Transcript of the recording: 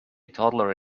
toddler